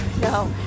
no